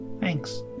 Thanks